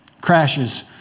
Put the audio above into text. crashes